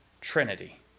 trinity